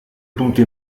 punto